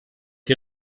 die